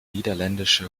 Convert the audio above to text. niederländische